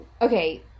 okay